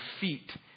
feet